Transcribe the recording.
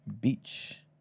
beach